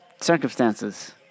circumstances